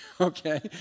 okay